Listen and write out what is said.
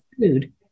food